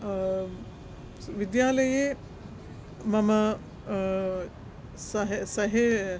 विद्यालये मम सह सह